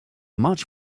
much